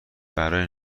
برای